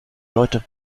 leute